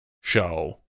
show